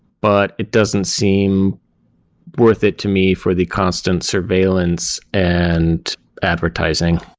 but it doesn't seem worth it to me for the constant surveillance and advertising.